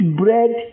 bread